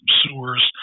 sewers